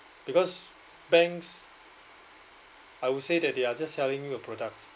because banks I would say that they are just selling you a product